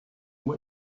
moi